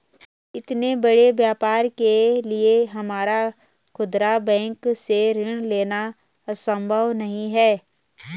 इतने बड़े व्यापार के लिए हमारा खुदरा बैंक से ऋण लेना सम्भव नहीं है